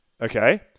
okay